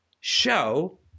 show